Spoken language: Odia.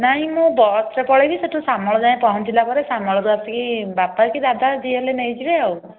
ନାଇ ମୁଁ ବସ୍ ରେ ପଳେଇବି ସେଠୁ ଶାମଳ ଯାଏଁ ପହଁଞ୍ଚିଲା ପରେ ଶାମଳରୁ ଆସିକି ବାପା କି ଦାଦା ଯିଏ ହେଲେ ନେଇଯିବେ ଆଉ